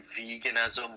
veganism